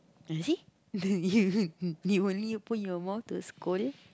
you see you only open your mouth to scold